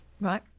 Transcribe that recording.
Right